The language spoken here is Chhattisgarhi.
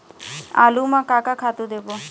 आलू म का का खातू देबो?